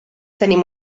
tenim